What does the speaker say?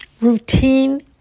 routine